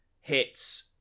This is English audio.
hits